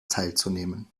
teilzunehmen